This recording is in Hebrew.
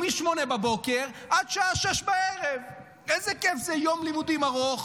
מ-08:00 עד השעה 18:00. איזה כיף זה יום לימודים ארוך.